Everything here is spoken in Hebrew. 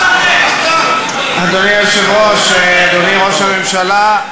אדוני היושב-ראש, אדוני ראש הממשלה,